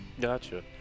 Gotcha